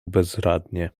bezradnie